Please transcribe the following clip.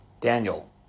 Daniel